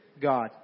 God